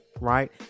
right